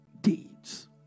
deeds